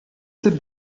cette